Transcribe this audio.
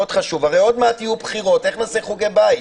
הרי עוד מעט יהיו בחירות, איך נעשה חוגי בית?